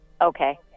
Okay